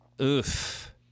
Oof